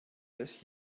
this